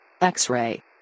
X-ray